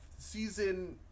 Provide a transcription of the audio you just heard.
Season